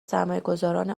سرمایهگذاران